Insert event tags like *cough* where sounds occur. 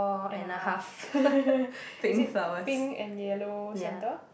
and a half *laughs* is it pink and yellow centre